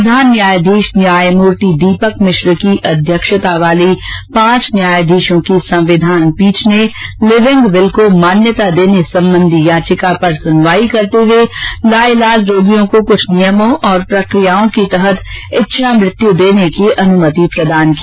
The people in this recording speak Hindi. प्रधान न्यायाधीश न्यायमूर्ति दीपक मिश्र की अध्यक्षता वाली पांच न्यायाधीशों की संविधान पीठ ने लिविंग विल को मान्यता देने संबंधी याचिका पर सुनवाई करते हुए लाइलाज रोगियों को कुछ नियमों और प्रक्रियाओं के तहत इच्छा मृत्यू देने की अनुमति प्रदान की